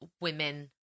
women